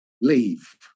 leave